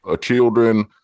children